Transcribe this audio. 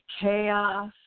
chaos